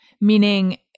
Meaning